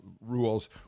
rules